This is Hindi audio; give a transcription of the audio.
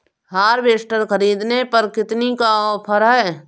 हार्वेस्टर ख़रीदने पर कितनी का ऑफर है?